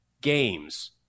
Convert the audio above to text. games